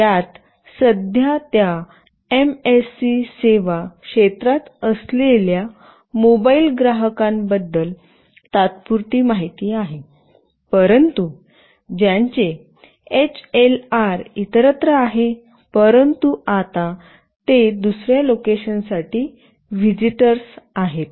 यात सध्या त्या एमएससी सेवा क्षेत्रात असलेल्या मोबाइल ग्राहकांबद्दल तात्पुरती माहिती आहे परंतु ज्यांचे एचएलआर इतरत्र आहेत परंतु आता ते दुसर्या लोकेशनसाठी व्हिजिटर्स आहेत